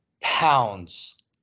pounds